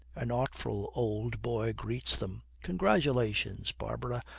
an artful old boy greets them. congratulations, barbara.